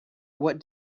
what